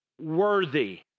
worthy